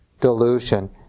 delusion